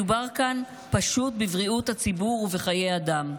מדובר כאן פשוט בבריאות הציבור ובחיי אדם,